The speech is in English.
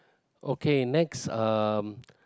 okay next um